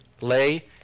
lay